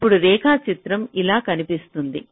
ఇప్పుడు రేఖాచిత్రం ఇలా కనిపిస్తుంది